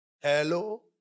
Hello